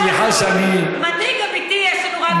סליחה שאני, מנהיג אמיתי יש לנו רק בליכוד.